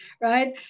right